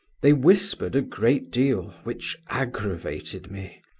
they whispered a great deal, which aggravated me.